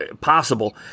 possible